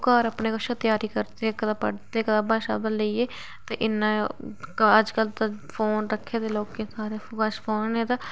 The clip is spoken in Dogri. ओह् घर अपने कश त्यारी करदे कदें पढ़दे कताबां शताबां लेइयै ते इन्ना अज्ज कल्ल ते फोन रक्खे दे सारें लोकें कश फोन ऐ ता